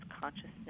consciousness